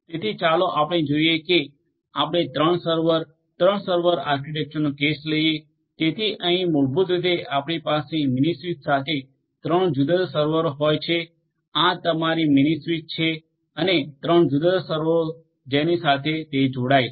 તેથી ચાલો આપણે જોઈએ કે આપણે 3 સર્વર 3 સર્વર આર્કિટેક્ચરનો કેસ લઈએ તેથી અહીં મૂળભૂત રીતે આપણી પાસે મિનિ સ્વીચ સાથે 3 જુદા જુદા સર્વરો હોય છે આ તમારી મિનિ સ્વીચ છે અને 3 જુદા જુદા સર્વરો જેની સાથે તે જોડાય છે